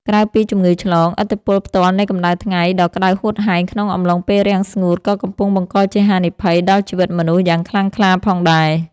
ក្រៅពីជំងឺឆ្លង ឥទ្ធិពលផ្ទាល់នៃកម្ដៅថ្ងៃដ៏ក្ដៅហួតហែងក្នុងអំឡុងពេលរាំងស្ងួត ក៏កំពុងបង្កជាហានិភ័យដល់ជីវិតមនុស្សយ៉ាងខ្លាំងក្លាផងដែរ។